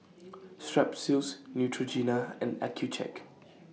Strepsils Neutrogena and Accucheck